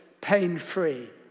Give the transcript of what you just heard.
pain-free